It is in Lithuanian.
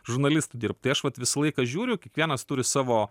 žurnalistu dirbt tai aš vat visą laiką žiūriu kiekvienas turi savo